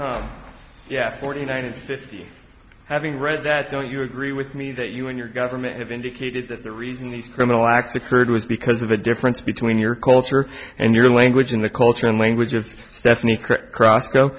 it's yeah forty nine and fifty having read that don't you agree with me that you and your government have indicated that the reason these criminal acts occurred was because of a difference between your culture and your language in the culture and language of stephanie cross